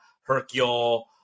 Hercule